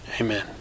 Amen